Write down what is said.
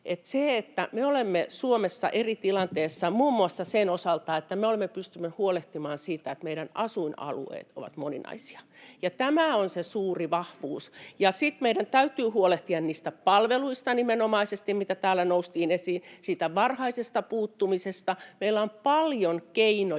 me olemme Suomessa eri tilanteessa muun muassa sen osalta, että me olemme pystyneet huolehtimaan siitä, että meidän asuinalueet ovat moninaisia. Tämä on se suuri vahvuus. Sitten meidän täytyy huolehtia niistä palveluista nimenomaisesti, mitä täällä nostettiin esiin, varhaisesta puuttumisesta. Meillä on paljon keinoja,